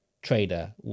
trader